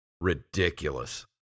ridiculous